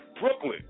Brooklyn